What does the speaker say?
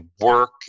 work